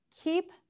keep